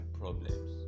problems